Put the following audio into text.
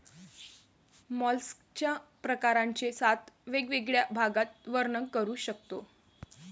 मॉलस्कच्या प्रकारांचे सात वेगवेगळ्या भागात वर्णन करू शकतो